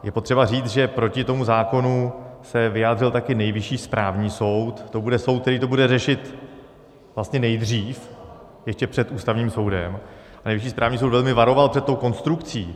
Je potřeba říct, že proti tomu zákonu se vyjádřil také Nejvyšší správní soud, to bude soud, který to bude řešit vlastně nejdřív, ještě před Ústavním soudem, a Nejvyšší správní soud velmi varoval před tou konstrukcí.